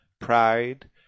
pride